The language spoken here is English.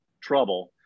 trouble